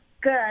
Good